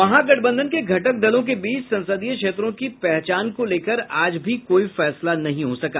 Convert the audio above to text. महागठबंधन के घटक दलों के बीच संसदीय क्षेत्रों की पहचान को लेकर आज भी कोई फैसला नहीं हो सका